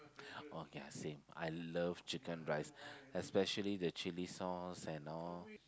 okay I same I love chicken-rice especially the chilli sauce and all